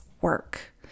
work